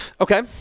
Okay